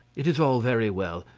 it is all very well,